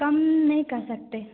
कम नहीं कर सकते